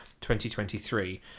2023